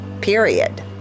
period